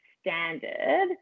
standard